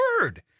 word